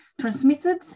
transmitted